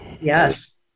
Yes